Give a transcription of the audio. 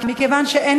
מכיוון שאין